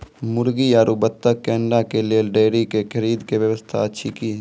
मुर्गी आरु बत्तक के अंडा के लेल डेयरी के खरीदे के व्यवस्था अछि कि?